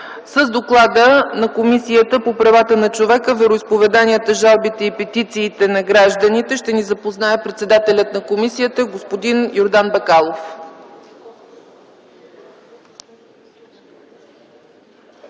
С доклада на Комисията по правата на човека, вероизповеданията, жалбите и петициите на гражданите ще ни запознае председателят на комисията господин Йордан Бакалов.